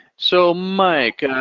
so mike,